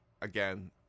again